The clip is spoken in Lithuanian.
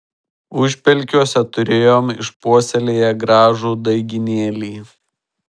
užpelkiuose turėjom išpuoselėję gražų daigynėlį